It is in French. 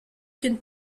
qu’une